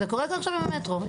זה קורה עכשיו עם המטרו.